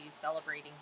celebrating